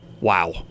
Wow